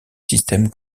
système